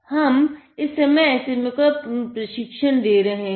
हम इस समय SMA को प्रशिक्षण दे रहे हैं